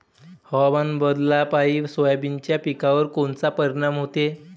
हवामान बदलापायी सोयाबीनच्या पिकावर कोनचा परिणाम होते?